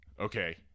okay